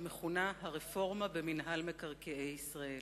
המכונה הרפורמה במינהל מקרקעי ישראל.